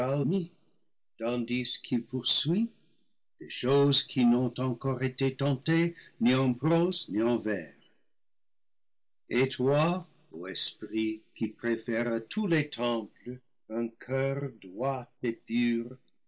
tandis qu'il poursuit des choses qui n'ont encore été tentées ni en prose ni en vers et toi ô esprit qui préfères à tous les temples un coeur droit et pur